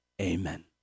Amen